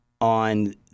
On